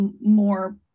more